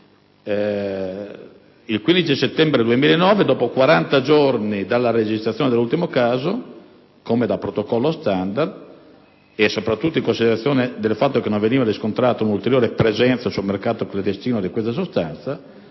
Il 15 settembre 2009, dopo 40 giorni dalla registrazione dell'ultimo caso, come da protocollo standard, e soprattutto in considerazione del fatto che non veniva riscontrata un'ulteriore presenza sul mercato clandestino della sostanza,